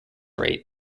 rate